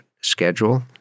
Schedule